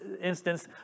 instance